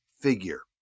figure